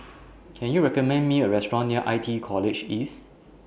Can YOU recommend Me A Restaurant near I T E College East